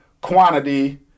quantity